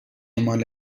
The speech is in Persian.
مال